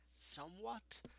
Somewhat